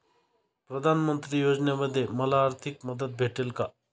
प्रधानमंत्री योजनेमध्ये मला आर्थिक मदत भेटेल का?